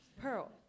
Pearl